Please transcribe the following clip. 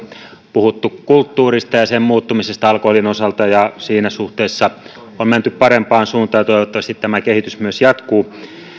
puhuttu kulttuurista ja sen muuttumisesta alkoholin osalta siinä suhteessa on menty parempaan suuntaan ja toivottavasti tämä kehitys myös jatkuu